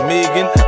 Megan